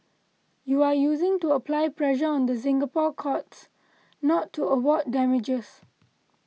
you are using to apply pressure on the Singapore courts not to award damages